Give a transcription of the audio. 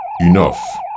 Enough